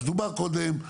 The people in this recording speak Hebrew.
אז דובר קודם,